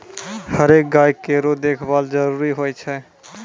हरेक गाय केरो देखभाल जरूरी होय छै